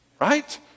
Right